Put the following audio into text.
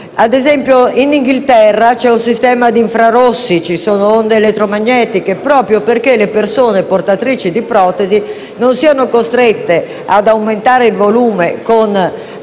Ad esempio, in Inghilterra vi è un sistema di infrarossi e onde elettromagnetiche, proprio perché le persone portatrici di protesi non siano costrette ad aumentare il volume, con